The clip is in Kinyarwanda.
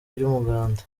by’umuganda